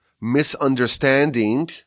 misunderstanding